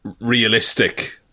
realistic